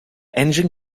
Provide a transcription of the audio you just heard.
engine